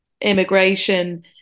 Immigration